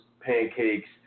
pancakes